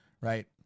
right